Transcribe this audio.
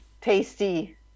tasty